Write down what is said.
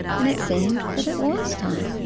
and it seemed that it was time,